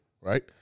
right